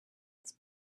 its